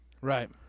Right